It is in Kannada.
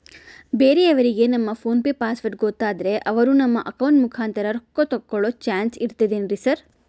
ಬೇರೆಯವರಿಗೆ ನಮ್ಮ ಫೋನ್ ಪೆ ಪಾಸ್ವರ್ಡ್ ಗೊತ್ತಾದ್ರೆ ಅವರು ನಮ್ಮ ಅಕೌಂಟ್ ಮುಖಾಂತರ ರೊಕ್ಕ ತಕ್ಕೊಳ್ಳೋ ಚಾನ್ಸ್ ಇರ್ತದೆನ್ರಿ ಸರ್?